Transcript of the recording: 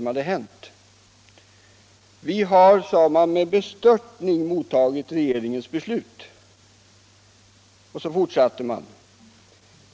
Man sade bl.a. följande: ”Vi har med bestörtning mottagit regeringens beslut.” Sedan fortsatte man: